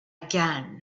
again